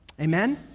Amen